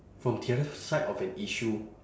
from the other side of an issue